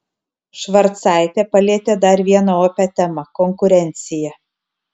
švarcaitė palietė dar vieną opią temą konkurenciją